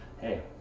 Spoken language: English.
Hey